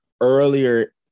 earlier